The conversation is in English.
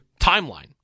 timeline